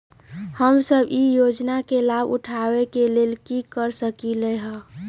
हम सब ई योजना के लाभ उठावे के लेल की कर सकलि ह?